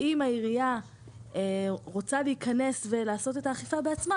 ואם העירייה רוצה להיכנס ולעשות את האכיפה בעצמה